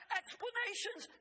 explanations